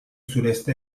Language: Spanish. sureste